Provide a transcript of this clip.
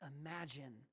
Imagine